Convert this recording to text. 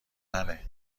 منه